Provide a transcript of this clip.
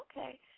Okay